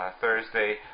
Thursday